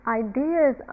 ideas